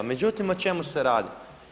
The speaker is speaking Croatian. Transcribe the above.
Međutim, o čemu se radi?